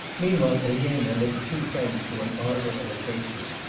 meanwhile, elena led the two friends to an arbour of acacias,